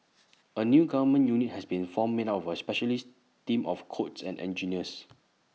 A new government unit has been formed made up of A specialist team of codes and engineers